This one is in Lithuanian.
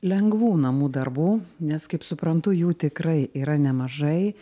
lengvų namų darbų nes kaip suprantu jų tikrai yra nemažai